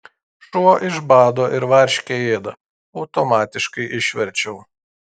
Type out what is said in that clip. šuo iš bado ir varškę ėda automatiškai išverčiau